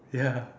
ya